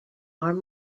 are